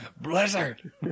Blizzard